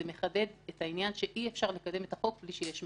זה מחדד את העניין שאי אפשר לקדם את החוק בלי שיש מענים.